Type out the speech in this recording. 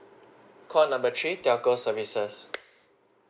call number three telco services